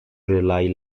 rely